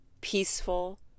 peaceful